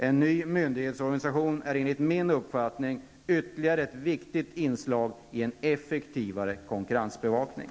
En ny myndighetsorganisation är enligt min uppfattning ytterligare ett viktigt inslag i en effektivare konkurrensbevakning.